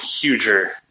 huger